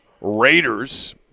Raiders –